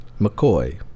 McCoy